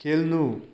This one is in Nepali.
खेल्नु